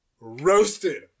Roasted